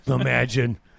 Imagine